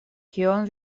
kion